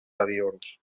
avions